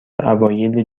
اوایل